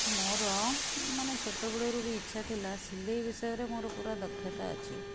ମୋର ମାନେ ଛୋଟ ବେଳରୁ ବି ଇଚ୍ଛା ଥିଲା ସିଲେଇ ବିଷୟରେ ମୋର ପୂରା ଦକ୍ଷତା ଅଛି